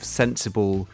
sensible